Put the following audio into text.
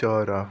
चरा